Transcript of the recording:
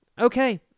okay